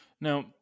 Now